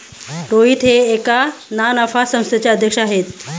रोहित हे एका ना नफा संस्थेचे अध्यक्ष आहेत